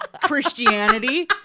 christianity